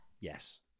Yes